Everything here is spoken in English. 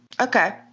Okay